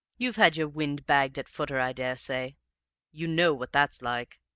you've had your wind bagged at footer, i daresay you know what that's like?